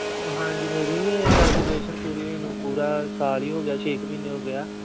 ਓਹ ਹਾਂਜੀ ਮੇਰੀ ਵੀ ਐਜੂਕੇਸ਼ਨ ਪੂਰੀ ਹੋਈ ਨੂੰ ਪੂਰਾ ਸਾਲ ਹੀ ਹੋ ਗਿਆ ਛੇ ਕੁ ਮਹੀਨੇ ਹੋ ਗਏ ਆ